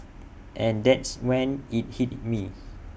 and that's when IT hit me